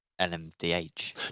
lmdh